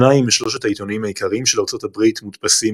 שנים משלושת העיתונים העיקריים של ארצות הברית מודפסים